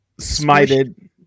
smited